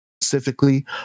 specifically